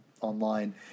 online